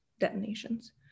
detonations